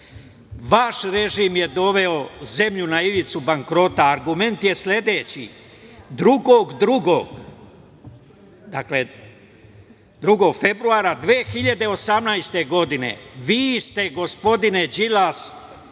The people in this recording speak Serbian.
vaš režim je doveo zemlju na ivicu bankrota, a argument je sledeći - 2. februara 2018. godine vi ste, gospodine Đilas,